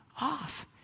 off